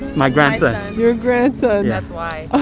my grandson. your grandson. that's why